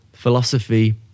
philosophy